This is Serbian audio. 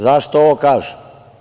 Zašto ovo kažem?